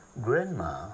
Grandma